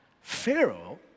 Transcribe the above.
Pharaoh